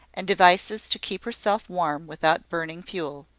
and devices to keep herself warm without burning fuel.